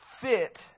fit